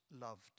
Loved